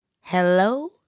Hello